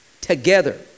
together